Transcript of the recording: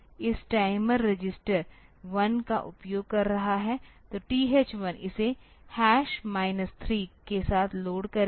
तो यह इस टाइमर रजिस्टर 1 का उपयोग कर रहा है तो TH1 इसे 3 के साथ लोड करेगा